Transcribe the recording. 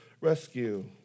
rescue